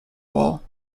wall